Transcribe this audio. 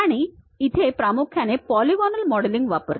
आणि इथे प्रामुख्याने पॉलीगॉनल मॉडेलिंग वापरते